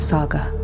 Saga